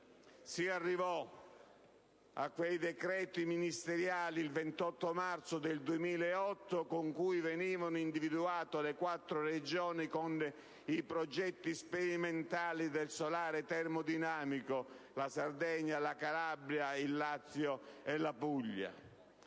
si arrivò ai decreti ministeriali, il 28 marzo 2008, con cui venivano individuate le quattro Regioni con i progetti sperimentali del solare termodinamico (Sardegna, Calabria, Lazio e Puglia).